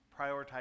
prioritize